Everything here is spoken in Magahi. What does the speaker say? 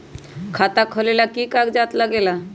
खाता खोलेला कि कि कागज़ात लगेला?